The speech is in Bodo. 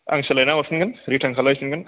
आं सोलायना हरफिनगोन रितार्न खालामफिनगोन